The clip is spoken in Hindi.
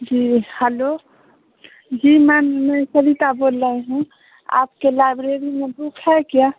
जी हलो जी मैम मैं सरिता बोल रही हूँ आपके लाइब्रेरी में बुक है क्या